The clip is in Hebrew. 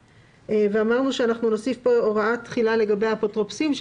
אמרנו שנוסיף כאן הוראת תחילה לגבי אפוטרופוסים.